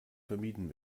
vermieden